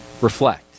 Reflect